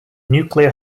nuclear